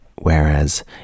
whereas